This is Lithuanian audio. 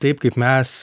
taip kaip mes